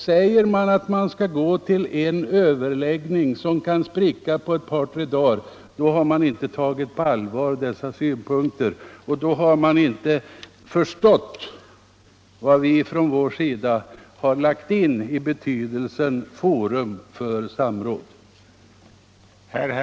Säger man att man skall gå till en överläggning, som kan spricka på ett par, tre dagar, har man inte tagit dessa synpunkter på allvar, och då har man inte heller förstått vilken betydelse vi på vår sida har lagt in i begreppet forum för samråd.